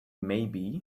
maybe